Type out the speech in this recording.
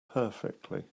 perfectly